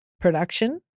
production